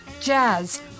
jazz